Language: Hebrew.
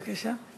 בבקשה.